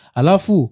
alafu